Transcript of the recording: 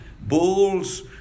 bulls